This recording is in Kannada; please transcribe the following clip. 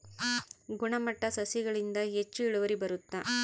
ಗುಣಮಟ್ಟ ಸಸಿಗಳಿಂದ ಹೆಚ್ಚು ಇಳುವರಿ ಬರುತ್ತಾ?